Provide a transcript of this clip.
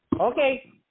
Okay